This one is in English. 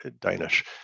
Danish